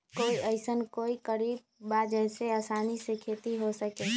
कोई अइसन कोई तरकीब बा जेसे आसानी से खेती हो सके?